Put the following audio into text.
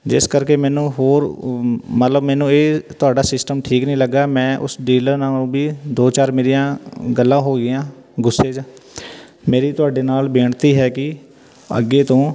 ਜਿਸ ਕਰਕੇ ਮੈਨੂੰ ਹੋਰ ਮਤਲਬ ਮੈਨੂੰ ਇਹ ਤੁਹਾਡਾ ਸਿਸਟਮ ਠੀਕ ਨਹੀਂ ਲੱਗਾ ਮੈਂ ਉਸ ਡੀਲਰ ਨਾਲੋਂ ਵੀ ਦੋ ਚਾਰ ਮੇਰੀਆਂ ਗੱਲਾਂ ਹੋ ਗਈਆਂ ਗੁੱਸੇ 'ਚ ਮੇਰੀ ਤੁਹਾਡੇ ਨਾਲ ਬੇਨਤੀ ਹੈਗੀ ਅੱਗੇ ਤੋਂ